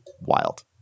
wild